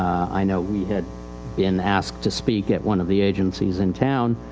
i know we had been asked to speak at one of the agencies in town,